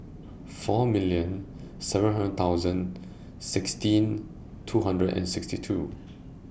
four million seven hundred thousand sixteen two hundred and sixty two